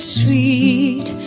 sweet